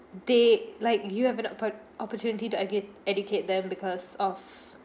they like you have an oppo~ opportunity to edu~ educate them because of